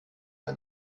ein